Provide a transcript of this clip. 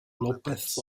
lópez